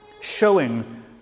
showing